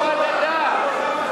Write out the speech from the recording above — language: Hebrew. גם אתם לא תעבירו אותו.